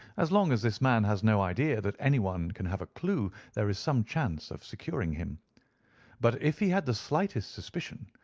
as long as this man has no idea that anyone can have a clue there is some chance of securing him but if he had the slightest suspicion,